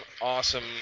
awesome